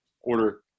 order